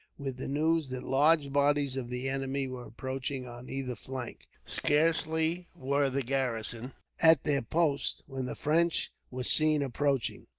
with the news that large bodies of the enemy were approaching on either flank. scarcely were the garrison at their posts, when the french were seen approaching.